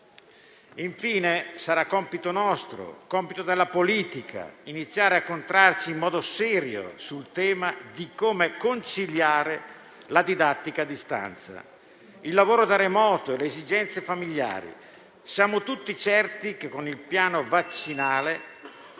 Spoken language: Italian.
Infine, sarà compito della politica iniziare a concentrarsi in modo serio sul tema di come conciliare la didattica a distanza, il lavoro da remoto e le esigenze familiari. Siamo tutti certi che con il piano vaccinale